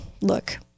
look